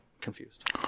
confused